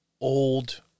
old